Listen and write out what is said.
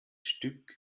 stück